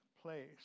place